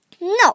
No